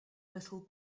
little